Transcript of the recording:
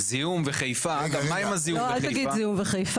חס וחלילה.